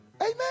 Amen